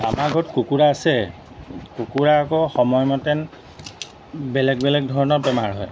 আমাৰ ঘৰত কুকুৰা আছে কুকুৰা আকৌ সময়মতে বেলেগ বেলেগ ধৰণৰ বেমাৰ হয়